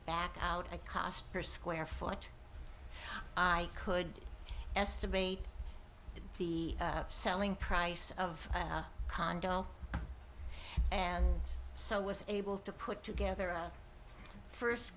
back out a cost per square foot i could estimate the selling price of a condo and so was able to put together a first